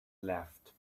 left